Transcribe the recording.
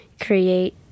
create